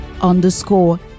underscore